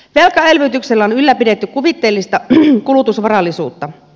velkaelvytyksellä on ylläpidetty kuvitteellista kulutusvarallisuutta